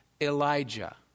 Elijah